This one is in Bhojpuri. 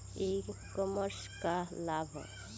ई कॉमर्स क का लाभ ह?